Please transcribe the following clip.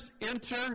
enter